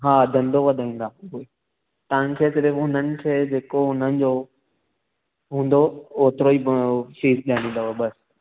हा धंधो वधाईंदा उहे तव्हांखे सिर्फ़ु हुननि खे जेको हुननि जो हूंदो ओतिरो ई शीट ॾियणी अथव बसि